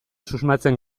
susmatzen